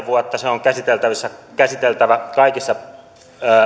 vuotta se on käsiteltävä kaikissa